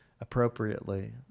appropriately